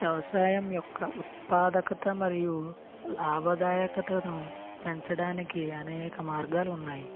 వ్యవసాయం యొక్క ఉత్పాదకత మరియు లాభదాయకతను పెంచడానికి అనేక మార్గాలు ఉన్నాయి